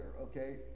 Okay